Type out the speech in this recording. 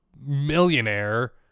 millionaire